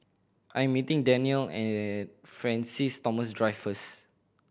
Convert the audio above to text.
I'm meeting Danielle at Francis Thomas Drive first